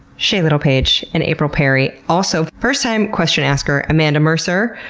shea littlepage, and april perry, also first-time question-asker amanda mercer,